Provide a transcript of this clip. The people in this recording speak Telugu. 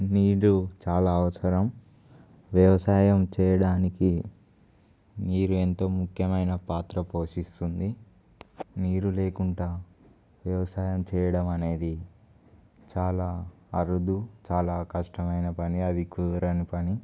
నీరు చాలా అవసరం వ్యవసాయం చేయడానికి నీరు ఎంతో ముఖ్యమైన పాత్ర పోషిస్తుంది నీరు లేకుండా వ్యవసాయం చేయడం అనేది చాలా అరుదు చాలా కష్టమైన పని అది కుదరని పని